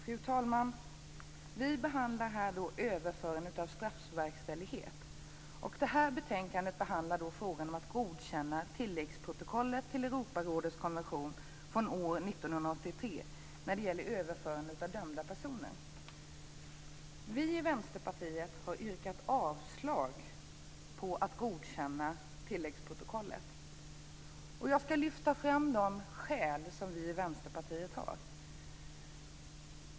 Fru talman! Vi behandlar överförande av straffverkställighet. Det här betänkandet behandlar frågan om att godkänna tilläggsprotokollet till Europarådets konvention från år 1983 när det gäller överförande av dömda personer. Vi i Vänsterpartiet har yrkat avslag på att man ska godkänna tilläggsprotokollet. Jag ska lyfta fram de skäl som vi i Vänsterpartiet har.